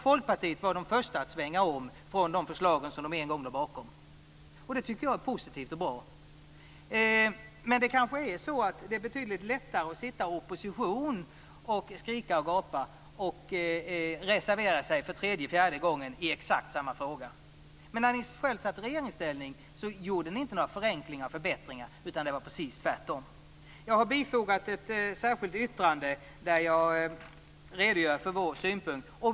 Folkpartiet var det första att svänga om från de förslag som det en gång stod bakom. Det tycker jag är positivt och bra. Det kanske är så att det är betydligt lättare att vara i opposition och skrika och gapa och reservera sig för tredje och fjärde gången i exakt samma fråga. När ni själva satte i regeringsställning gjorde ni inte några förenklingar eller förbättringar, utan det var precis tvärtom. Jag har bifogat ett särskilt yttrande där jag redogör för våra synpunkter.